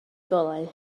golau